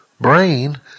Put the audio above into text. brain